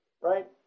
right